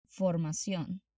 Formación